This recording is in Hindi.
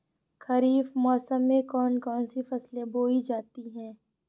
खरीफ मौसम में कौन कौन सी फसलें बोई जाती हैं?